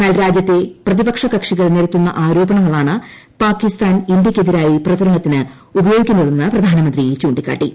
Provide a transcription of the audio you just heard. എന്നാൽ രാജ്യത്തെ പ്രതിപക്ഷ കക്ഷികൾ നിരത്തുന്ന ആരോപണങ്ങളാണ് പാകിസ്താൻ ഇന്ത്യക്കെതിരായി പ്രചരണത്തിന് ഉപയോഗിക്കുന്നത്രെന്ന് പ്രധാനമന്ത്രി ചൂ ിക്കാട്ടി